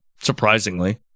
surprisingly